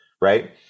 right